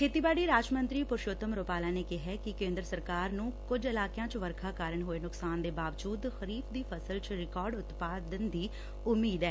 ਖੇਤੀਬਾੜੀ ਰਾਜ ਮੰਤਰੀ ਪੁਰਸ਼ੋਤਮ ਰੁਪਾਲਾ ਨੇ ਕਿਹੈ ਕਿ ਕੇਂਦਰ ਸਰਕਾਰ ਨੂੰ ਕੁਝ ਇਲਾਕਿਆਂ ਚ ਵਰਖਾ ਕਾਰਨ ਹੋਏ ਨੁਕਸਾਨ ਦੇ ਬਾਵਜੁਦ ਖਰੀਫ਼ ਦੀ ਫਸਲ ਚ ਰਿਕਾਰਡ ਉਤਪਾਦਨ ਦੀ ਉਮੀਦ ਐ